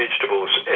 vegetables